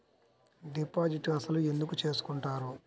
Deposit అసలు ఎందుకు చేసుకుంటారు?